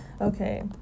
Okay